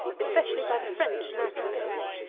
especially by the french naturalists.